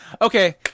Okay